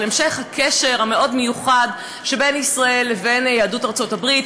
על המשך הקשר המאוד-מיוחד שבין ישראל לבין יהדות ארצות-הברית,